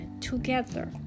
together